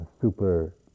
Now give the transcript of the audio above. super